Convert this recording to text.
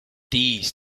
these